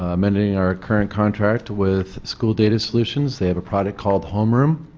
amending our current contract with school data solutions, they have a product called homeroom,